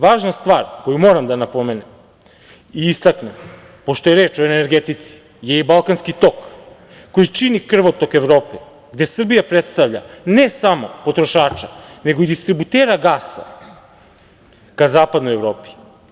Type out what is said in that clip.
Važna stvar koju moram da napomenem i istaknem, pošto je reč o energetici je Balkanski tok koji čini krvotok Evrope, gde Srbija predstavlja ne samo potrošača, nego i distributera gasa ga Zapadnoj Evropi.